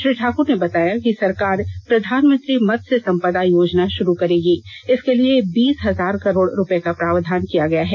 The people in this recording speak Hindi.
श्री ठाकर ने बताया कि सरकार प्रधानमंत्री मत्स्य संपदा योजना शुरू करेगी इसके लिए बीस हजार करोड रूपये का प्रावधान किया गया है